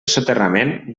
soterrament